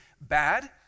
bad